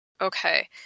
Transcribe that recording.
Okay